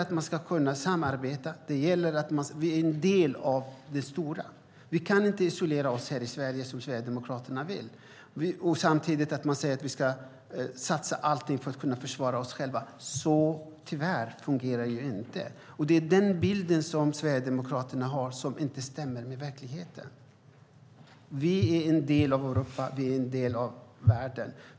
Man ska kunna samarbeta. Vi är en del av det stora. Vi kan inte isolera oss här i Sverige, som Sverigedemokraterna vill. Ni säger att vi ska satsa allt för att kunna försvara oss själva. Men tyvärr fungerar det inte så. Det är den bild som Sverigedemokraterna har som inte stämmer med verkligheten. Vi är en del av världen.